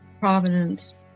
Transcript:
provenance